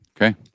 Okay